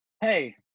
hey